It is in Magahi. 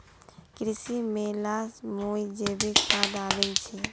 कृषि मेला स मुई जैविक खाद आनील छि